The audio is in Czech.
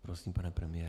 Prosím, pane premiére.